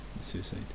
suicide